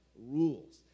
rules